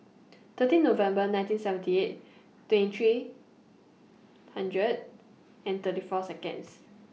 thirteen November nineteen seventy eight twenty three hundred and thirty four Seconds